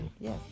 Yes